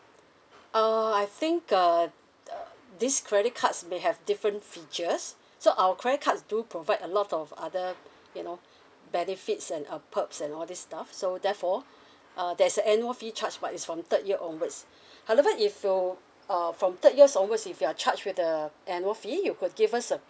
uh I think uh uh these credit cards may have different features so our credit cards do provide a lot of other you know benefits and uh perks and all this stuff so therefore uh there's a annual fee charged but it's from third year onwards however if you uh from third years onwards if you are charge with the annual fee you could give us a